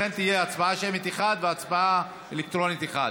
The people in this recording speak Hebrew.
לכן, תהיה הצבעה שמית אחת והצבעה אלקטרונית אחת.